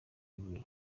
ibi